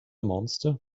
monster